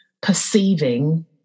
perceiving